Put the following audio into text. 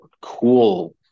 cool